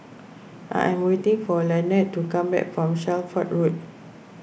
I am waiting for Lanette to come back from Shelford Road